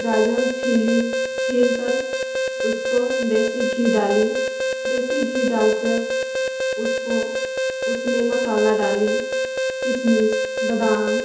गाजर छीली छीलकर उसको देसी घी डाली देसी घी डालकर उसको उसमें मसाला डाली किसमिस बादाम